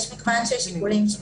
יש מגוון שיקולים,